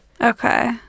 Okay